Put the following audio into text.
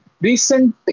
recent